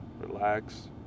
relax